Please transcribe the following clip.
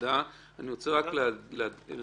אני רק רוצה לומר,